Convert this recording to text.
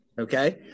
okay